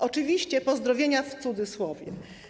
Oczywiście pozdrowienia w cudzysłowie.